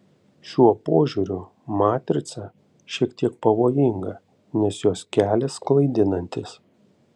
šiuo požiūriu matrica šiek tiek pavojinga nes jos kelias klaidinantis